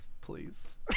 please